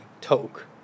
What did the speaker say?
toke